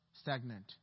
stagnant